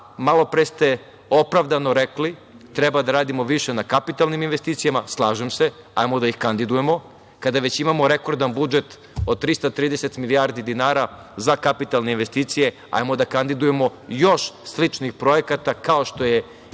svima. Malopre ste opravdano rekli da treba da radimo više na kapitalnim investicijama. Slažem se, hajde da ih kandidujemo. Kada već imamo rekordan budžet od 330 milijardi dinara za kapitalne investicije, hajdemo da kandidujemo još sličnih projekata kao što je izgradnja